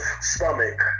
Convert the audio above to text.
stomach